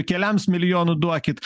keliams milijonų duokit